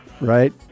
right